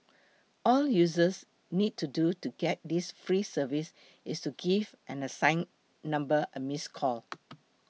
all users need to do to get this free service is to give an assign number a miss call